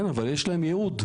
כן, אבל יש להם ייעוד.